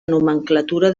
nomenclatura